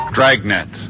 Dragnet